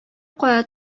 кая